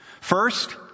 First